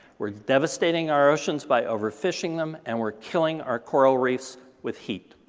we're devastating our oceans by overfishing them, and we're killing our coral reefs with heat.